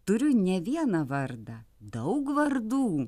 turiu ne vieną vardą daug vardų